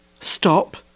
stop